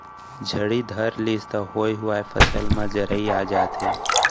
झड़ी धर लिस त होए हुवाय फसल म जरई आ जाथे